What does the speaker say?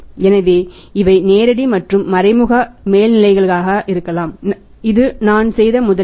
எனவே இவை நேரடி மற்றும் மறைமுக மேல்நிலைகளாக இருக்கலாம் இது நான் செய்த முதலீடு